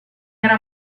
era